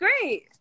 great